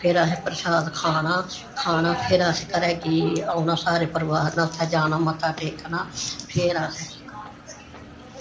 ते फिर असें प्रशाद खाना फिर असें घर गी औना ते परिवार नै उत्थें जाना ते मत्था टेकना फिर अस